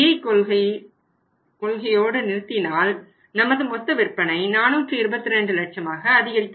B கொள்கையோடு நிறுத்தினால் நமது மொத்த விற்பனை 422 லட்சமாக அதிகரிக்கும்